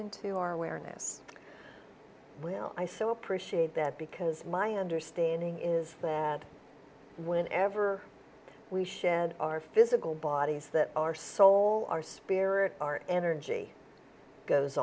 into our awareness will i so appreciate that because my understanding is that when ever we shed our physical bodies that our soul our spirit our energy goes